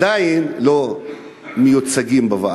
עדיין לא מיוצגים בה.